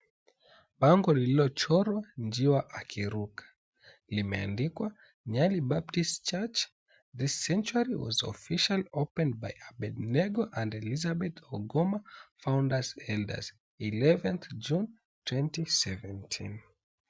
Bango lililochorwa njiwa akiruka limeandikwa, "Nyali Baptist Church. This Century was Officially Opened by Abednego and Elizabeth Ogoma, Founders, Elders. 11th June, 2017".